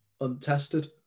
untested